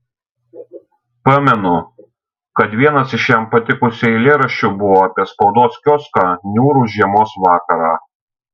pamenu kad vienas iš jam patikusių eilėraščių buvo apie spaudos kioską niūrų žiemos vakarą